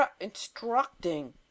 instructing